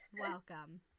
welcome